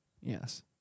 Yes